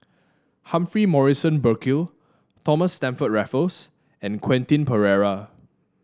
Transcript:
Humphrey Morrison Burkill Thomas Stamford Raffles and Quentin Pereira